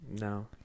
No